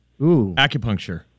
acupuncture